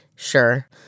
Sure